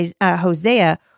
Hosea